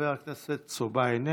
חבר הכנסת סובה, איננו.